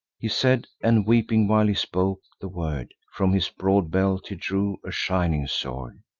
he said, and weeping, while he spoke the word, from his broad belt he drew a shining sword,